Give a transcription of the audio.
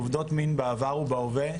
עובדות מין בעבר ובהווה,